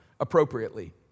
appropriately